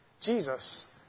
Jesus